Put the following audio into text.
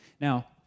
Now